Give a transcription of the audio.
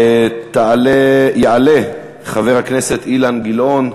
יעלה חבר הכנסת אילן גילאון,